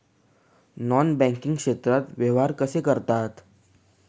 Non banking क्षेत्रात व्यवहार कसे करतात?